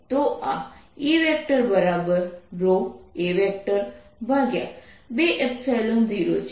અને તો આ E a20 છે